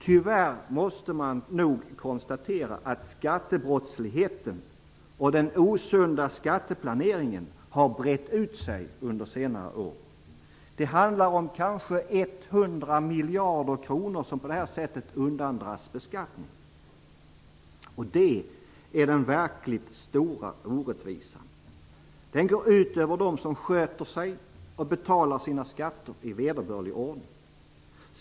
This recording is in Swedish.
Tyvärr måste man nog konstatera att skattebrottsligheten och den osunda skatteplaneringen har brett ut sig under senare år. Det handlar kanske om 100 miljarder kronor som på detta sätt undandras beskattning. Det är den verkligt stora orättvisan. Den går ut över dem som sköter sig och betalar sina skatter i vederbörlig ordning.